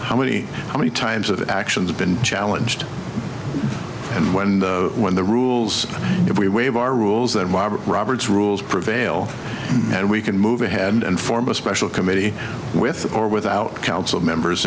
how many how many times of actions have been challenged and when and when the rules if we waive our rules that mob or robert's rules prevail and we can move ahead and form a special committee with or without council members